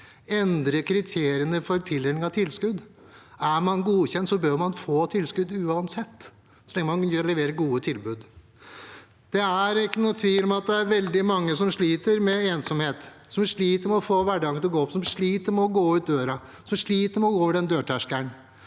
endre kriteriene for tildeling av tilskudd. Er man godkjent, bør man få tilskudd uansett, så lenge man leverer gode tilbud. Det er ikke noen tvil om at det er veldig mange som sliter med ensomhet, som sliter med å få hverdagen til å gå opp, som sliter med å gå ut døren, som sliter med å gå over den dørterskelen.